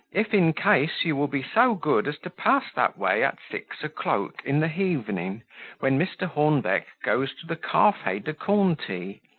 if in kais you will be so good as to pass that way at sicks a cloak in the heavening when mr. hornbeck goes to the calf hay de contea.